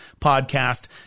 podcast